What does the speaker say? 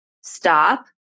stop